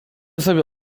sobie